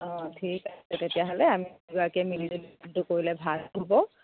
অঁ ঠিক আছে তেতিয়াহ'লে আমি দুয়োগৰাকীয়ে মিলিজুলি কামটো কৰিলে ভাল হ'ব